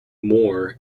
moore